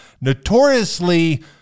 notoriously